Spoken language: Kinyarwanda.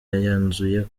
yanzuye